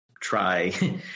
try